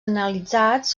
analitzats